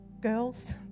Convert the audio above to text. girls